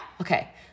Okay